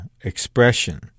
expression